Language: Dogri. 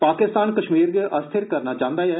पाकिस्तान कश्मीर गी अस्थिर करना चाहंदा ऐ